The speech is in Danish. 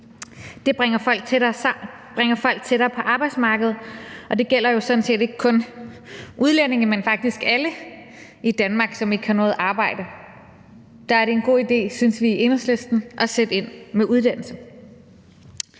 Det bringer folk tættere på arbejdsmarkedet, og det gælder sådan set ikke kun udlændinge, men faktisk alle i Danmark, som ikke har noget arbejde. Der er det en god idé, synes vi i Enhedslisten, at sætte ind med uddannelse.